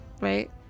right